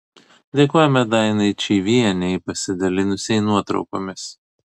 dėkojame dainai čyvienei pasidalinusiai nuotraukomis